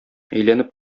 әйләнеп